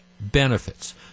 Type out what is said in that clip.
benefits